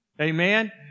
Amen